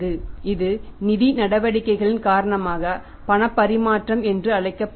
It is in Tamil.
இது நிதி நடவடிக்கைகளின் காரணமாக பணப்பரிமாற்றம் என்று அழைக்கப்படுகிறது